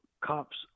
cops